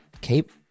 keep